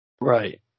Right